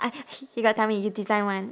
I he got tell me you design one